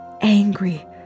angry